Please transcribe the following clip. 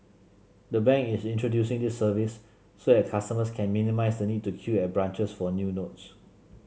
the bank is introducing this service so that customers can minimise the need to queue at branches for new notes